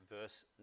verse